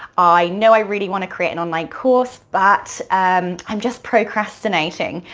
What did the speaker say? i know i really want to create an online course, but um i'm just procrastinating.